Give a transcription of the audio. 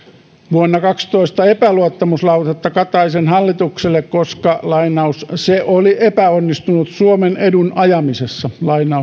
vuonna kaksitoista epäluottamuslausetta kataisen hallitukselle koska se oli epäonnistunut suomen edun ajamisessa